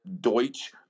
Deutsch